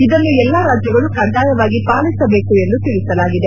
ಇದನ್ನು ಎಲ್ಲ ರಾಜ್ಲಗಳು ಕಡ್ಡಾಯವಾಗಿ ಪಾಲಿಸಬೇಕು ಎಂದು ತಿಳಿಸಲಾಗಿದೆ